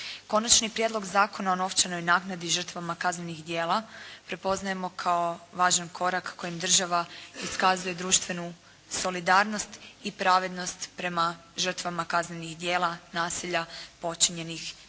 Konačni prijedlog zakona o novčanoj naknadi žrtvama kaznenih djela prepoznajemo kao važan korak kojim država iskazuje društvenu solidarnost i pravednost prema žrtvama kaznenih djela nasilja počinjenih sa